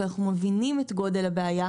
כי אנחנו מבינים את גודל הבעיה,